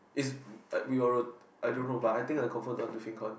is uh we will I don't know but I think I confirm don't want to